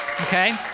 Okay